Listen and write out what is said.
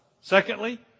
Secondly